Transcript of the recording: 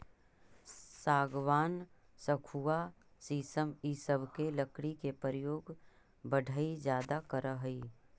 सागवान, सखुआ शीशम इ सब के लकड़ी के प्रयोग बढ़ई ज्यादा करऽ हई